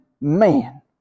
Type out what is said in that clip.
man